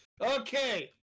Okay